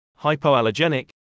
hypoallergenic